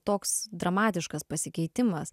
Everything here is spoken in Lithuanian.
toks dramatiškas pasikeitimas